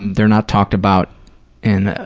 they're not talked about in